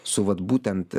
su vat būtent